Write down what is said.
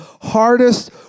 hardest